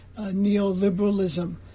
neoliberalism